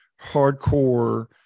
hardcore